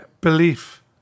belief